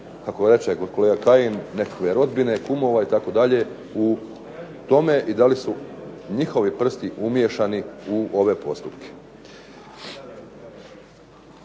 prijatelja, rodbine, kumova u tome i da li su njihovi prsti umiješani u ove postupke.